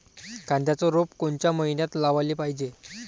कांद्याचं रोप कोनच्या मइन्यात लावाले पायजे?